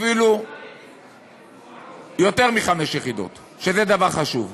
אפילו יותר מחמש יחידות, שזה דבר חשוב.